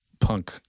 punk